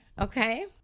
Okay